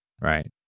right